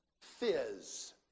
fizz